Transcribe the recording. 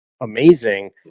amazing